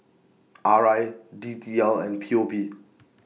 R I D T L and P O P